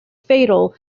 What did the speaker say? fatal